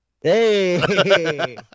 Hey